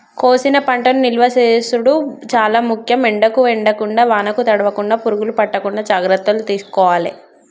కోసిన పంటను నిలువ చేసుడు చాల ముఖ్యం, ఎండకు ఎండకుండా వానకు తడవకుండ, పురుగులు పట్టకుండా జాగ్రత్తలు తీసుకోవాలె